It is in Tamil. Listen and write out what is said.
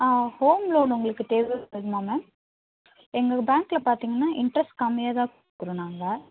ஆ ஹோம் லோன் உங்களுக்கு தேவைப்படுமா மேம் எங்களது பேங்க்ல பார்த்தீங்கன்னா இன்ட்ரெஸ்ட் கம்மியாகதான் கொடுக்குறோம் நாங்கள்